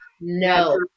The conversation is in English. no